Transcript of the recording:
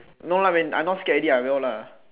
no lah mean I not scared already I will lah